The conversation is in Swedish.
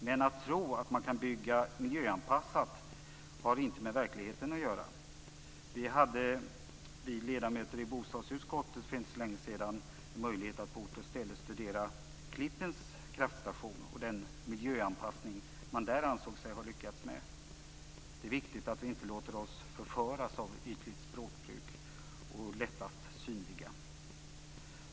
Men att tro att man kan bygga miljöanpassat har inte med verkligheten att göra. Vi ledamöter i bostadsutskottet hade för inte så länge sedan möjlighet att på ort och ställe studera Klippens kraftstation och den miljöanpassning man där ansåg sig ha lyckats med. Det är viktigt att vi inte låter oss förföras av ett ytligt språkbruk och det lättast synliga.